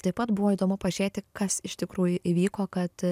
taip pat buvo įdomu pažiūrėti kas iš tikrųjų įvyko kad